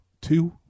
Two